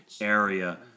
area